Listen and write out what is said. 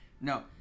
No